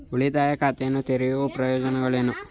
ಉಳಿತಾಯ ಖಾತೆಯನ್ನು ತೆರೆಯುವ ಪ್ರಯೋಜನಗಳೇನು?